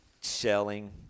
shelling